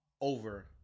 Over